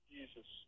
Jesus